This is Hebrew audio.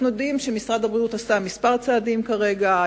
אנחנו יודעים שמשרד הבריאות עשה כמה צעדים כרגע,